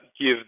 give